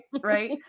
Right